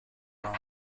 خورم